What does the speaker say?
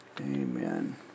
Amen